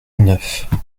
neuf